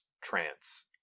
trance